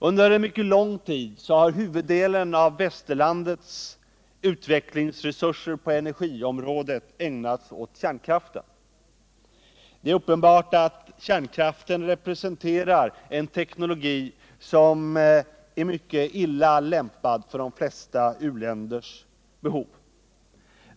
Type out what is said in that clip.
Under mycket lång tid har huvuddelen av västerlandets utvecklingsresurser på energiområdet ägnats åt kärnkraften. Det är uppenbart att kärnkraften representerar en teknologi som är mycket illa lämpad för de flesta u-länders behov.